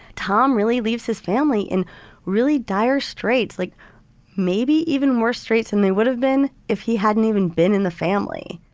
tom really leaves his family in really dire straits, like maybe even more straits, and they would have been if he hadn't even been in the family